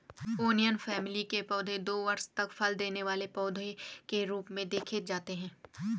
onion family के पौधे दो वर्ष तक फल देने वाले पौधे के रूप में देखे जाते हैं